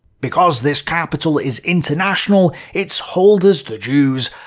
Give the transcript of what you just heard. because this capital is international, its holders, the jews,